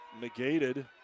negated